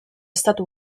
stato